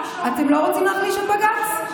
אתם לא רוצים להחליש את בג"ץ?